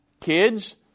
kids